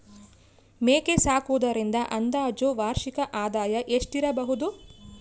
ಮೇಕೆ ಸಾಕುವುದರಿಂದ ಅಂದಾಜು ವಾರ್ಷಿಕ ಆದಾಯ ಎಷ್ಟಿರಬಹುದು?